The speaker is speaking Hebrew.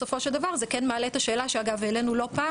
בסופו של דבר זה כן מעלה את השאלה שאגב העלנו לא פעם